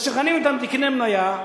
משכנעים אותם: תקנה מניה,